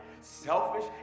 selfish